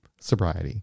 Sobriety